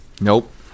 Nope